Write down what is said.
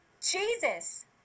Jesus